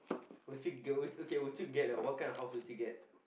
would you do okay would you get what type of house would you get